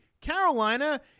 Carolina